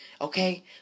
okay